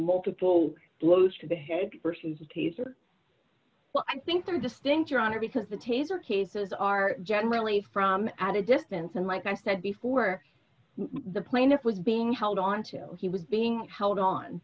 multiple blows to the hague versus the taser well i think there are distinct your honor because the taser cases are generally from at a distance and like i said before the plaintiff was being held onto he was being held on